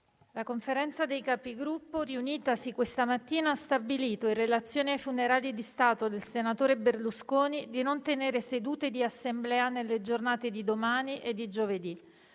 La Conferenza dei Capigruppo, riunitasi questa mattina, ha stabilito - in relazione ai funerali di Stato del senatore Berlusconi - di non tenere sedute di Assemblea nelle giornate di domani e di giovedì.